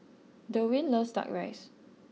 Derwin loves Duck Rice